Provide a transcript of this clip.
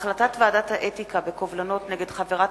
החלטת ועדת האתיקה בקובלנות נגד חברת